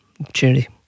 opportunity